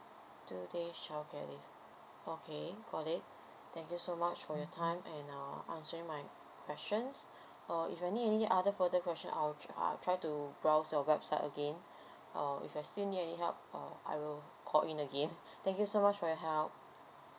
two days childcare leave okay got it thank you so much for your time and um answering my questions uh if have any other further question I'll try I'll try to browse your website again uh if I still need any help uh I will call in again thank you so much for your help